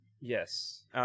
Yes